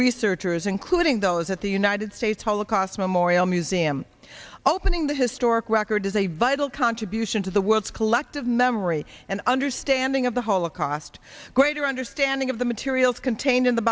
researchers including those at the united states holocaust memorial museum opening the historic record is a vital contribution to the world's collective memory and understanding of the holocaust a greater understanding of the materials contained